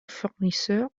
fournisseur